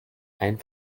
einen